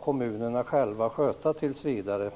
kommunerna tills vidare själva skall sköta finansieringen.